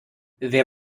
wer